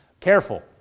careful